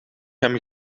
hem